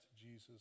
jesus